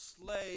slay